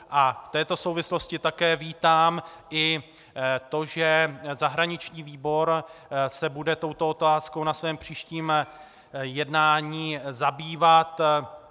V této souvislosti také vítám i to, že zahraniční výbor se bude touto otázkou na svém příštím jednání zabývat.